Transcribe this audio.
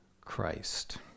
Christ